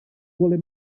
vuole